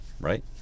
right